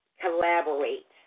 collaborate